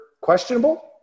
questionable